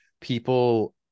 people